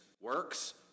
works